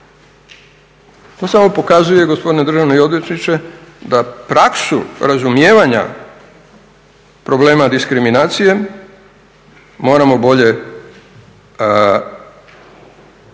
To samo pokazuje gospodine državni odvjetniče da praksu razumijevanja problema diskriminacije moramo bolje,